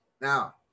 now